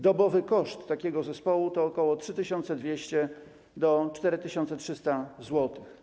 Dobowy koszt takiego zespołu to od ok. 3200 zł do 4300 zł.